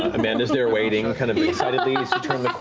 amanda's there waiting kind of excitedly so